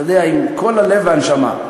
אתה יודע, עם כל הלב והנשמה.